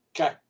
Okay